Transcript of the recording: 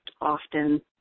often